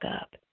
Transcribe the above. up